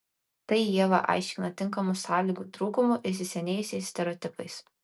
tai ieva aiškina tinkamų sąlygų trūkumu įsisenėjusiais stereotipais